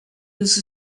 was